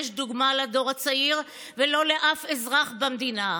דוגמה לדור הצעיר ולא לאף אזרח במדינה.